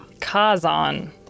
Kazan